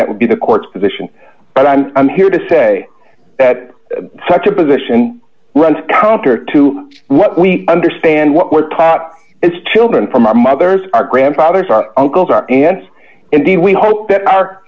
that would be the court's position but i'm here to say that such a position runs counter to what we understand what we're taught as children from our mothers our grandfathers our uncles our aunts and the we hope that our